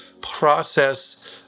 process